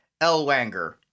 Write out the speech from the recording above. Elwanger